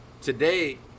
today